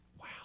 wow